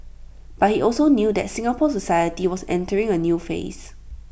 but he also knew that Singapore society was entering A new phase